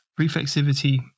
reflexivity